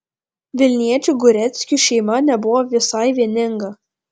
vilniečių gureckių šeima nebuvo visai vieninga